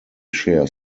share